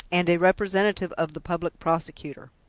and a representative of the public prosecutor.